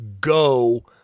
go